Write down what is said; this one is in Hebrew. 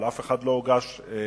אבל אף אחת מהן לא הוגשה לבית-משפט.